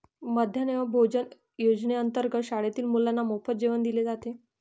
मध्यान्ह भोजन योजनेअंतर्गत शाळेतील मुलांना मोफत जेवण दिले जाते